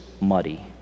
muddy